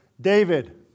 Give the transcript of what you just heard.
David